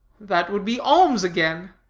that would be alms again.